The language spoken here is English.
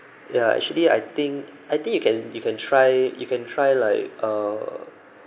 ya actually I think I think you can you can try you can try like err